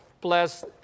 plus